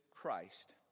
Christ